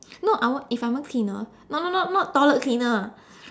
no I won't if I'm a cleaner no no no not toilet cleaner